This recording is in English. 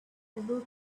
able